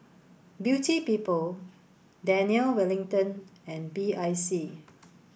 Beauty People Daniel Wellington and B I C